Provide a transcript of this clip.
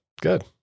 Good